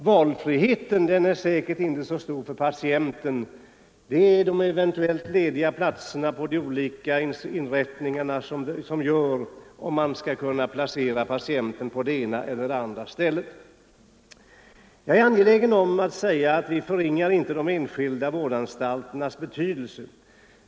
Valfriheten är säkerligen inte så stor för patienten. Det är de eventuellt lediga platserna på de olika inrättningarna som avgör om man skall kunna placera patienten på det ena eller det andra stället. Jag är angelägen om att säga att vi inte förringar de enskilda vårdanstalternas betydelse.